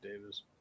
Davis